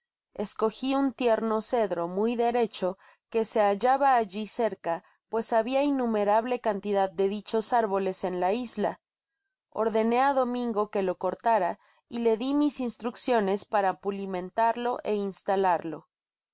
escogi un tierno cedro muy derecho que se hallaba alli cerca pues habia innumerable cantidad de dichos árboles en la isla ordenó á domingo que lo cortara y le di mis instrucciones para pulimentarlo e instalarlo